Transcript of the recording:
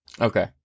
okay